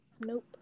Nope